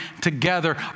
together